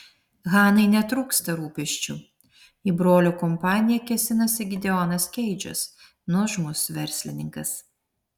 hanai netrūksta rūpesčių į brolio kompaniją kėsinasi gideonas keidžas nuožmus verslininkas